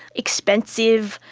expensive,